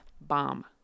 bomb